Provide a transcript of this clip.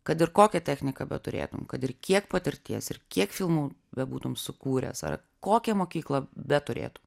kad ir kokią techniką beturėtum kad ir kiek patirties ir kiek filmų bebūtum sukūręs ar kokią mokyklą beturėtum